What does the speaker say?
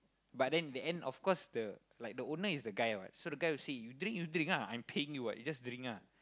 but then in the end of course the the like the owner is the guy what so the guy will say you drink you drink ah I'm paying you what you just drink ah